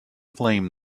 flame